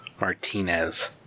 Martinez